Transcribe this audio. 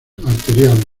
arterial